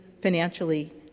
financially